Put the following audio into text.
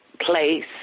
place